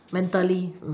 mentally